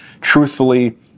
Truthfully